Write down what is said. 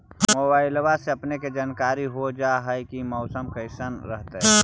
मोबाईलबा से अपने के जानकारी हो जा है की मौसमा कैसन रहतय?